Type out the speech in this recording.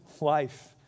life